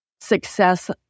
success